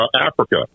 Africa